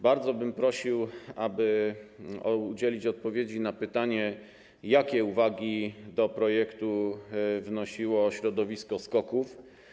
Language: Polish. Bardzo bym prosił, aby udzielić odpowiedzi na pytanie: Jakie uwagi do projektu wnosiło środowisko SKOK-ów?